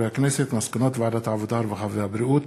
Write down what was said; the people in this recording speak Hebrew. מסקנות ועדת העבודה, הרווחה והבריאות